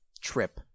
trip